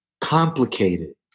complicated